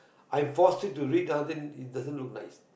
I force you to read ah then it doesn't look nice